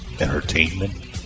entertainment